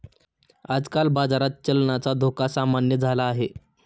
आजकाल बाजारात चलनाचा धोका सामान्य झाला आहे